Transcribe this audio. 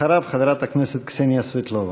אחריו, חברת הכנסת קסניה סבטלובה.